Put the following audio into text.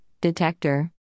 Detector